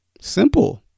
Simple